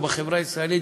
בחברה הישראלית,